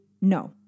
No